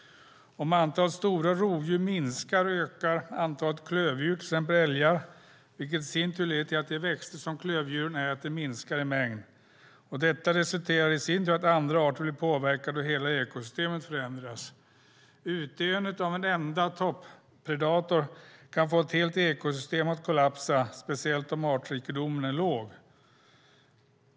Om antalet stora rovdjur minskar ökar antalet klövdjur, till exempel älgar, vilket leder till att de växter som klövdjuren äter minskar i mängd. Detta resulterar i sin tur i att andra arter blir påverkade och hela ekosystemet förändras. Utdöendet av en enda topp-predator kan få ett helt ekosystem att kollapsa, speciellt om artrikedomen är låg.